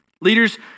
Leaders